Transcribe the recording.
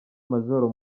major